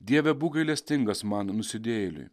dieve būk gailestingas man nusidėjėliui